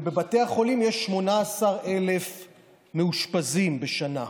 ובבתי החולים יש 18,000 מאושפזים בשנה.